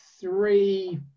three